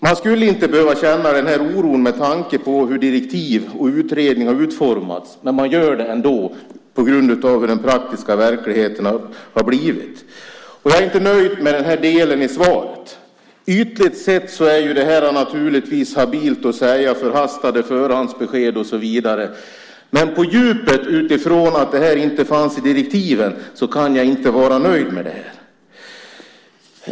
Man borde inte behöva känna den oron med tanke på hur direktiv och utredning har utformats, men man gör det ändå på grund av hur den praktiska verkligheten har blivit. Jag är inte nöjd med den här delen av svaret. Ytligt sett är det naturligtvis habilt att ge sådana här förhastade förhandsbesked och så vidare. Men på djupet, utifrån det faktum att detta inte fanns i direktiven, kan jag inte vara nöjd med det här.